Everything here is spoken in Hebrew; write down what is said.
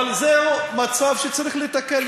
אבל זהו מצב שצריך לתקן,